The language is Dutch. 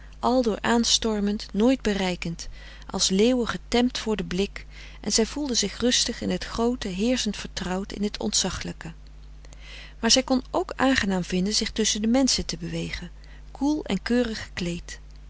aldoor aanstormend nooit bereikend als leeuwen getemd voor den blik en zij voelde zich rustig in het groote heerschend vertrouwd in het ontzachlijke maar zij kon ook aangenaam vinden zich tusschen de menschen te bewegen koel en keurig gekleed